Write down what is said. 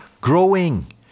growing